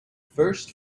first